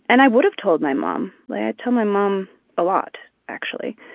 and i would have told my mom, like i tell my mom a lot, actually,